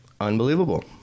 unbelievable